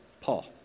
Paul